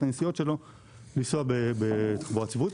הנסיעות שלו לנסוע בתחבורה ציבורית,